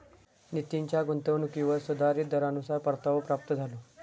नितीनच्या गुंतवणुकीवर सुधारीत दरानुसार परतावो प्राप्त झालो